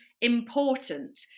important